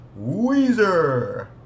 Weezer